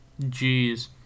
Jeez